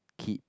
keep